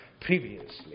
previously